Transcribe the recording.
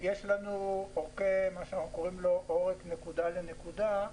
יש עורק נקודה לנקודה,